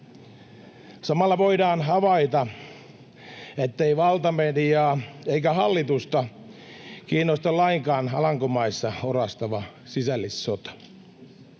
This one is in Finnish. Samalla voidaan havaita, ettei valtamediaa eikä hallitusta kiinnosta lainkaan Alankomaissa orastava sisällissota.